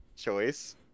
choice